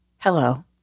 Hello